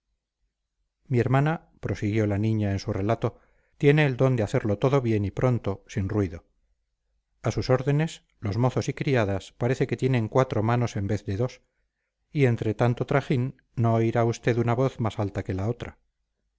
mi hermana prosiguió la niña en su relato tiene el don de hacerlo todo bien y pronto sin ruido a sus órdenes los mozos y criadas parece que tienen cuatro manos en vez de dos y entre tanto trajín no oirá usted una voz más alta que otra